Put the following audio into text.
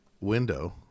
window